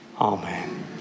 Amen